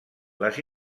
les